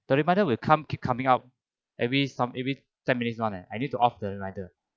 the reminder will come keep coming out every some every ten minutes once eh I need to off the reminder